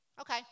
Okay